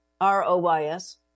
R-O-Y-S